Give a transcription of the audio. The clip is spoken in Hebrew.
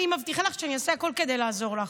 אני מבטיחה לך שאני אעשה הכול כדי לעזור לך.